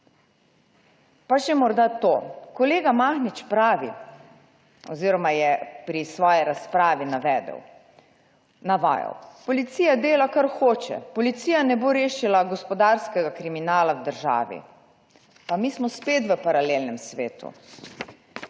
Pa še morda to, kolega Mahnič pravi oziroma je pri svoji razpravi navedel, navajal: »Policija dela kar hoče, policija ne bo rešila gospodarskega kriminala v državi.«, pa mi smo spet v paralelnem svetu.